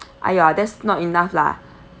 !aiya! that's not enough lah